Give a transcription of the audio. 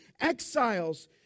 exiles